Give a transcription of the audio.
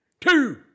Two